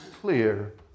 clear